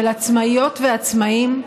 של עצמאיות ועצמאים,